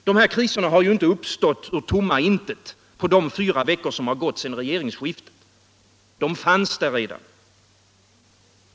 Dessa kriser har inte uppstått ur tomma intet på de fyra veckor som gått sedan regeringsskiftet. De fanns där redan.